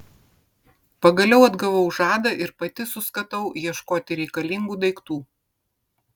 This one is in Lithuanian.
pagaliau atgavau žadą ir pati suskatau ieškoti reikalingų daiktų